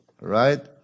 right